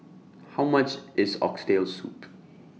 How much IS Oxtail Soup